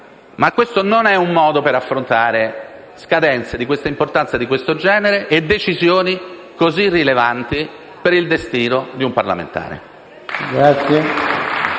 ma questo non è un modo per affrontare scadenze di una tale importanza e di siffatto genere e decisioni così rilevanti per il destino di un parlamentare.